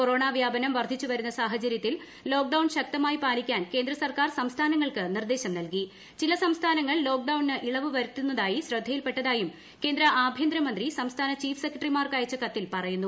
corona വ്യാപനം വർദ്ധിച്ചു വരുന്ന സാഹചര്യത്തിൽ ലോക്കഡൌൺ ശക്തമായി പാലിക്കാ്റ്റൻ കേന്ദ്ര സർക്കാർ സംസ്ഥാനങ്ങൾക്ക് നിർദ്ദേശം നൽകിട്ട് ്ചില സംസ്ഥാനങ്ങൾ ലോക്ക്ഡൌണിന് ഇളവ് വരുത്തൂന്നത്തായി ശ്രദ്ധയിൽപ്പെട്ടതായും കേന്ദ്ര ആഭൃന്തര മന്ത്രി സംസ്ഥാന്ന് ചീഫ് സെക്രട്ടറിമാർക്ക് അയച്ച കത്തിൽ പറയുന്നു